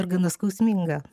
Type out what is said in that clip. ir gana skausminga